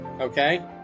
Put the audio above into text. okay